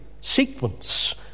sequence